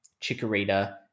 Chikorita